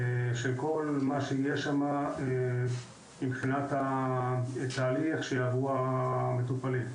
של כל מה שיהיה שם מבחינת התהליך שיעברו המטופלים.